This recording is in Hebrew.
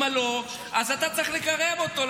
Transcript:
אימא לא, אתה צריך לקרב אותו,